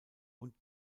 und